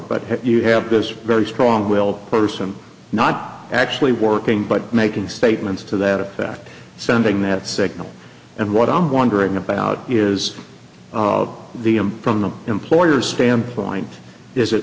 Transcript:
but you have this very strong willed person not actually working but making statements to that effect sending that signal and what i'm wondering about is of the him from the employer standpoint is